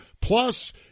Plus